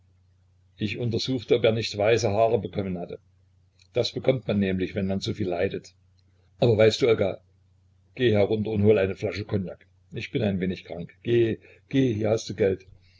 ich untersuchte ob er nicht weiße haare bekommen hatte das bekommt man nämlich wenn man so viel leidet aber weißt du olga geh herunter und hol eine flasche kognak ich bin ein wenig krank geh geh hier hast du geld